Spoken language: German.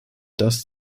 das